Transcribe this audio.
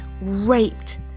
raped